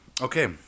okay